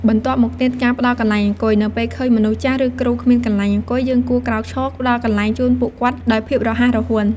បន្ទាប់មកទៀត ការផ្ដល់កន្លែងអង្គុយ នៅពេលឃើញមនុស្សចាស់ ឬគ្រូគ្មានកន្លែងអង្គុយ យើងគួរក្រោកឈរផ្ដល់កន្លែងជូនពួកគាត់ដោយភាពរហ័សរហួន។